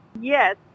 Yes